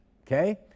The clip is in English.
Okay